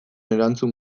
erantzun